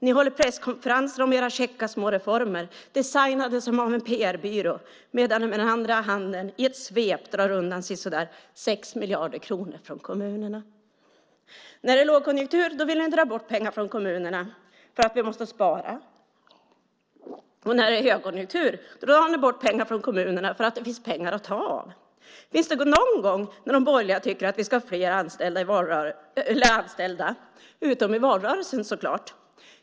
Ni håller presskonferenser om era käcka små reformer, designade som av en PR-byrå, medan den andra handen i ett svep drar undan sisådär 6 miljarder kronor från kommunerna. När det är lågkonjunktur vill ni dra pengar från kommunerna för att vi måste spara. När det är högkonjunktur drar ni bort pengar från kommunerna för att det finns pengar att ta av. Är det någon gång då de borgerliga tycker att vi ska ha fler anställda, utom i valrörelsen så klart?